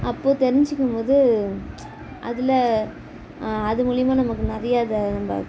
அப்போது தெரிஞ்சுக்கும்போது அதில் அது மூலிமா நமக்கு நிறையா இதை நம்ம